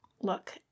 Look